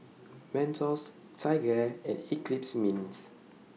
Mentos TigerAir and Eclipse Mints